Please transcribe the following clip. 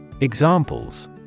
Examples